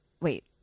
Wait